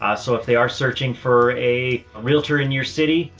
so if they are searching for a realtor in your city,